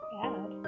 bad